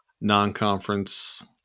non-conference